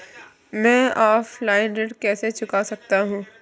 मैं ऑफलाइन ऋण कैसे चुका सकता हूँ?